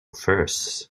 firsts